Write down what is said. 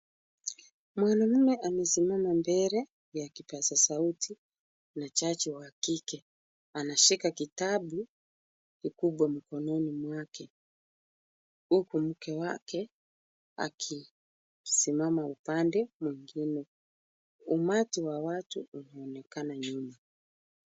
Mwanamume amesimama mbele ya kipaza sauti na jaji wa kike anashika kitabu kikubwa mkononi mwake huku mke wake akisimama upande mwingine. Umati wa watu unaonekana nyuma.